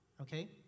okay